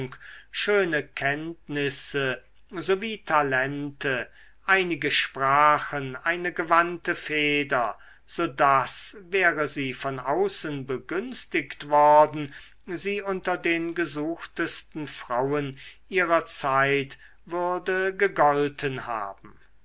schöne kenntnisse sowie talente einige sprachen eine gewandte feder so daß wäre sie von außen begünstigt worden sie unter den gesuchtesten frauen ihrer zeit würde gegolten haben